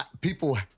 People